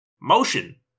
Motion